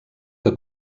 que